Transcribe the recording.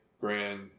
grand